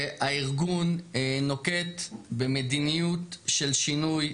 הארגון נוקט במדיניות של שינוי.